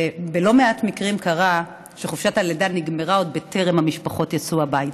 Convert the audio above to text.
ובלא מעט מקרים קרה שחופשת הלידה נגמרה עוד בטרם המשפחות יצאו הביתה.